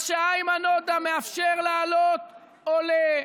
מה שאיימן עודה מאפשר להעלות, עולה,